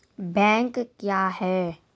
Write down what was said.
Bank क्या हैं?